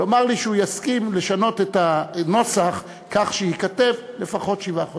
לומר לי שהוא יסכים לשנות את הנוסח כך שייכתב "לפחות שבעה חודשים",